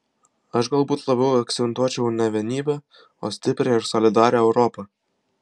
aš galbūt labiau akcentuočiau ne vienybę o stiprią ir solidarią europą